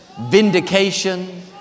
vindication